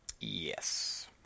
Yes